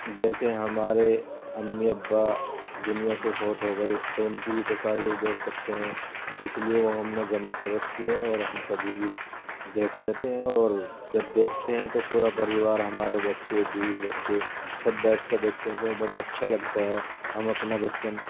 جیسے ہمارے امی ابا دنیا سے فوت ہو گئے تو ان کی بھی تصاویر دیکھ سکتے ہیں اس لیے وہ ہم نے جمع کر رکھی ہیں اور ہم کبھی بھی دیکھ لیتے ہیں اور جب دیکھتے ہیں تو پورا پریوار ہمارے بچے بیوی بچے سب بیٹھ کے دیکھتے ہیں تو بڑا اچھا لگتا ہے ہمیں اپنا بچپن